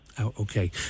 Okay